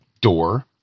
door